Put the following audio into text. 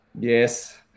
Yes